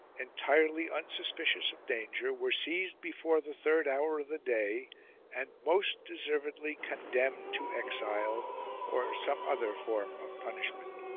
entirely unsuspicious of danger, were seized before the third hour of the day and most deservedly condemned to exile or some other form of punishment.